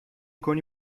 کنی